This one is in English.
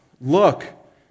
Look